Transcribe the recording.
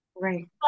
Right